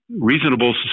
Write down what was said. reasonable